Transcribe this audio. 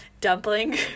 dumpling